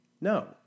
no